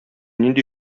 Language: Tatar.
нинди